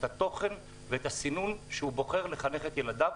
את התוכן ואת הסינון שהוא בוחר דרכם לחנך את ילדיו,